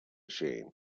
sheen